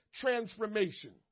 transformation